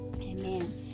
Amen